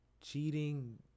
Cheating